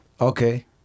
Okay